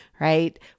right